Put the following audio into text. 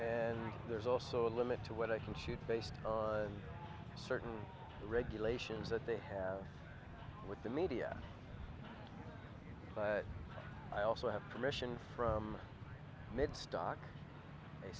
and there's also a limit to what i can shoot based certain regulations that they have with the media but i also have permission from mit stock